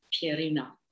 Pierina